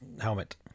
helmet